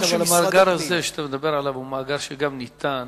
אבל המאגר שאתה מדבר עליו הוא מאגר שגם המפלגות